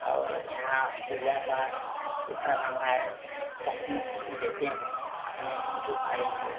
और यहाँ पूजा पाठ कीर्तन रामायण बहुत महत्व देते हैं अपने हिन्दू भाई लोग